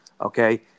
Okay